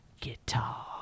guitar